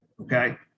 Okay